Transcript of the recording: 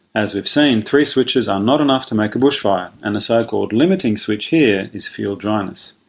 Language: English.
as we've seen, three switches are not enough to make a bushfire, and a so-called limiting switch here is fuel dryness.